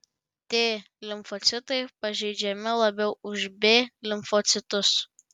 t limfocitai pažeidžiami labiau už b limfocitus